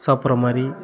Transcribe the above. சாப்பிட்ற மாதிரி